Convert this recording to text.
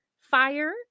Fire